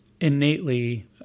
innately